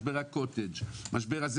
משבר הקוטג' וכן הלאה,